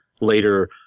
later